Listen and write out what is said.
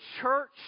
church